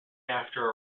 after